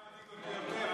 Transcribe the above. אתה יודע מה מדאיג אותי יותר?